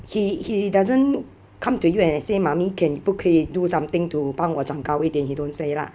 he he doesn't come to you and say mommy can 不可以 do something to 帮我长高一点 he don't say lah